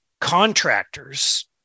contractors